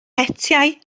hetiau